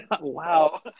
Wow